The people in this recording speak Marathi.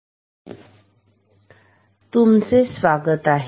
लिनियर रॅम्प प्रकाराचे डिजिटल व्होल्ट मीटर तुमचे स्वागत आहे